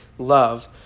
love